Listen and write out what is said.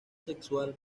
sexual